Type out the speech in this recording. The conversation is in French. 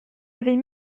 avait